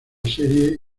serie